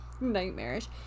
nightmarish